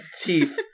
teeth